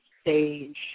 stage